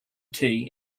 tea